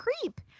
creep